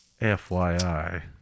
FYI